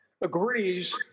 agrees